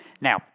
Now